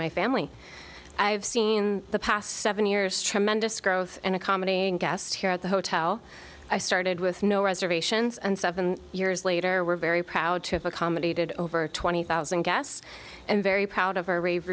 my family i've seen in the past seven years tremendous growth and a comedy guest here at the hotel i started with no reservations and seven years later we're very proud to have accommodated over twenty thousand guests and very proud of our rave